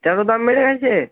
এটারও দাম বেড়ে গেছে